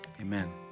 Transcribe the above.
amen